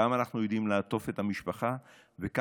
כמה אנחנו יודעים לעטוף את המשפחה וכמה